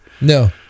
No